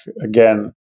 again